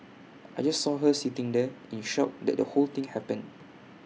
I just saw her sitting there in shock that the whole thing happened